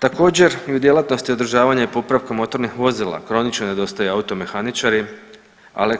Također, i u djelatnosti održavanja i popravka motornih vozila, kronično nedostaje automehaničari, ali,